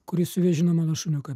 kuris suvėžino mano šuniuką